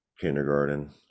kindergarten